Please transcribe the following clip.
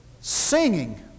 Singing